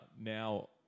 Now